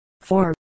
Four